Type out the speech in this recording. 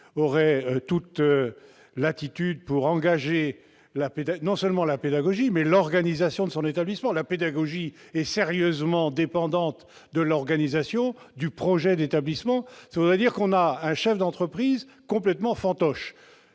aurait toute latitude pour conduire non seulement la pédagogie, mais encore l'organisation de son établissement- la pédagogie est sérieusement dépendante de l'organisation, du projet d'établissement -signifierait que l'on a un président complètement fantoche.